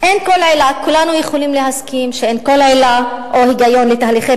כולנו יכולים להסכים שאין כל עילה או היגיון לתהליכי